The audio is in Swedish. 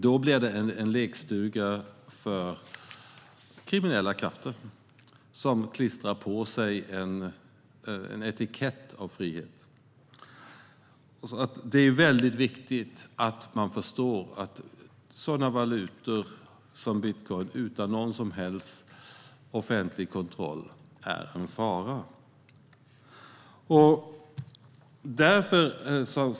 Det blir en lekstuga för kriminella krafter som klistrar på sig en etikett av frihet. Det är väldigt viktigt att man förstår att valutor som bitcoin, utan någon som helst offentlig kontroll, är en fara.